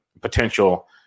potential